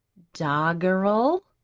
doggerel?